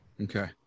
Okay